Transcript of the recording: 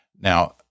Now